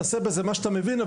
תעשה בזה מה שאתה מבין,